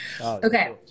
Okay